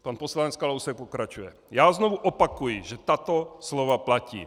Pan poslanec Kalousek pokračuje: Já znovu opakuji, že tato slova platí.